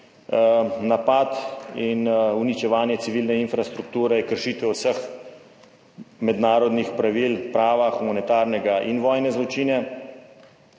napad in uničevanje civilne infrastrukture, kršitev vseh mednarodnih pravil prava, humanitarnega in vojne zločine